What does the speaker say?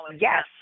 Yes